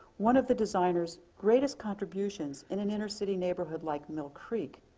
one of the designer's greatest contributions in an inner city neighborhood like mill creek,